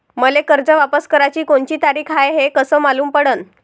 मले कर्ज वापस कराची कोनची तारीख हाय हे कस मालूम पडनं?